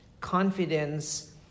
confidence